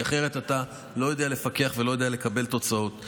כי אחרת אתה לא יודע לפקח ולא יודע לקבל תוצאות.